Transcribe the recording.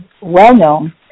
well-known